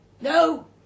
No